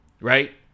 Right